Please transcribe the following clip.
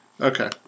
Okay